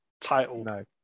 title